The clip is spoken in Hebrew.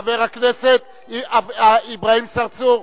חבר הכנסת אברהים צרצור.